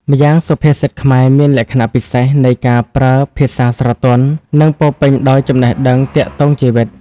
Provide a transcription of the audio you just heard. ម្យ៉ាងសុភាសិតខ្មែរមានលក្ខណៈពិសេសនៃការប្រើ ភាសាស្រទន់ និងពោរពេញដោយចំណេះដឹងទាក់ទងជីវិត។